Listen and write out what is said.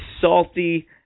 salty